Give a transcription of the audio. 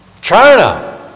China